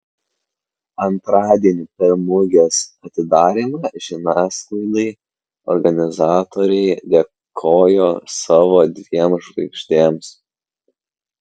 antradienį per mugės atidarymą žiniasklaidai organizatoriai dėkojo savo dviem žvaigždėms